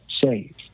save